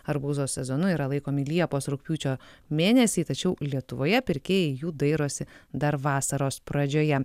arbūzo sezonu yra laikomi liepos rugpjūčio mėnesiai tačiau lietuvoje pirkėjai jų dairosi dar vasaros pradžioje